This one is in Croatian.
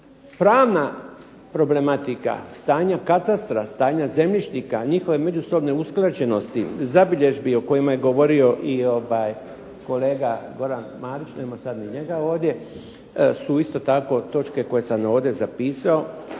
pravna problematika stanja katastra, stanja zemljišnika, njihove međusobne usklađenosti, zabilježbi o kojima je govorio i kolega Goran Marić, nema sad ni njega ovdje, su isto tako točke koje sam ovdje zapisao.